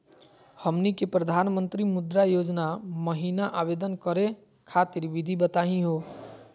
हमनी के प्रधानमंत्री मुद्रा योजना महिना आवेदन करे खातीर विधि बताही हो?